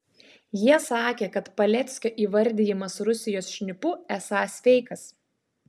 jie sakė kad paleckio įvardijimas rusijos šnipu esąs feikas